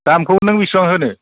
दामखौ नों बेसेबां होनो